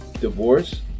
divorce